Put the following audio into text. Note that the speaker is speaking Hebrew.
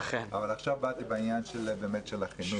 עכשיו באתי בעניין של החינוך.